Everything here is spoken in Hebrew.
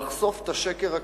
לחשוף את השקר הכפול,